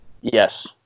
Yes